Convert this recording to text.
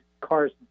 cars